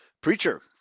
preacher